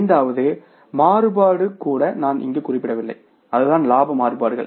ஐந்தாவது மாறுபாடு கூட நான் இங்கு குறிப்பிடவில்லை அதுதான் லாப மாறுபாடுகள்